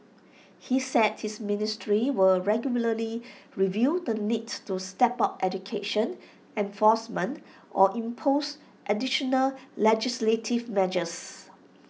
he said his ministry will regularly review the need to step up education enforcement or impose additional legislative measures